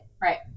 Right